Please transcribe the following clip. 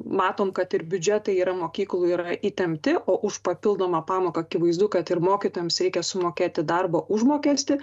matom kad ir biudžetai yra mokyklų yra įtempti o už papildomą pamoką akivaizdu kad ir mokytojams reikia sumokėti darbo užmokestį